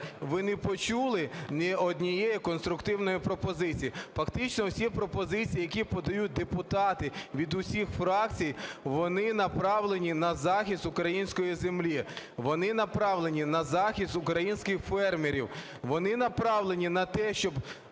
ви не почули ні однієї конструктивної пропозиції? Фактично всі пропозиції, які подають депутати від усіх фракцій, вони направлені на захист української землі. Вони направлені на захист українських фермерів. Вони направлені на те, щоб